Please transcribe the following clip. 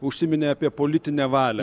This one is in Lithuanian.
užsiminė apie politinę valią